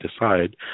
decide